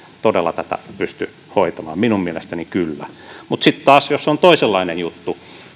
todella tätä pysty hoitamaan minun mielestäni kyllä sitten taas jos on toisenlainen juttu